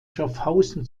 schaffhausen